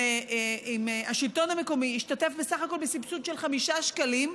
אם השלטון המקומי ישתתף בסך הכול בסבסוד של 5 שקלים,